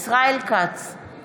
ישראל כץ, בעד רון כץ,